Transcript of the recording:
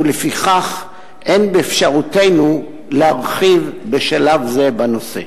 ולפיכך אין באפשרותנו להרחיב בשלב זה בנושא.